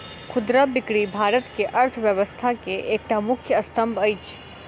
खुदरा बिक्री भारत के अर्थव्यवस्था के एकटा मुख्य स्तंभ अछि